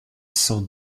cent